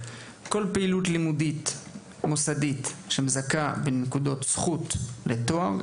כל פעילות לימודים מוסדית המזכה בנקודות זכות לתואר,